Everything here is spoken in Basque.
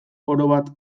orobat